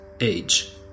age